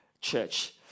church